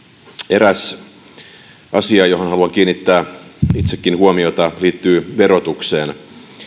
eräs asia johon haluan kiinnittää itsekin huomiota liittyy verotukseen